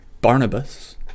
Barnabas